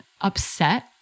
upset